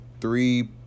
three